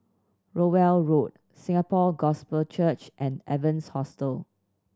Rowell Road Singapore Gospel Church and Evans Hostel